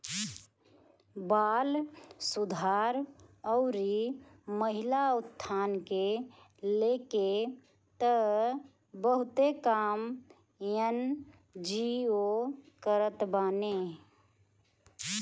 बाल सुधार अउरी महिला उत्थान के लेके तअ बहुते काम एन.जी.ओ करत बाने